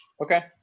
okay